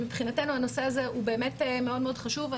מבחינתנו, הנושא הזה הוא באמת מאוד מאוד חשוב.